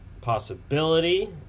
possibility